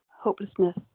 Hopelessness